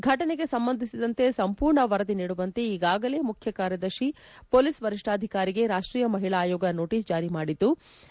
ಫಟನೆಗೆ ಸಂಬಂಧಿಸಿದಂತೆ ಸಂಪುರ್ಣ ವರದಿ ನಿಡುವಂತೆ ಈಗಾಗಲೇ ಮುಖ್ಯ ಕಾರ್ಯದರ್ಶಿ ಪೊಲೀಸ್ ವರಿಷ್ಣಾಧಿಕಾರಿಗೆ ರಾಷ್ಷೀಯ ಮಹಿಳಾ ಆಯೋಗ ನೋಟಸ್ ಜಾರಿ ಮಾಡಿದ್ಲು